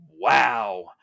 wow